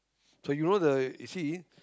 so you know the you see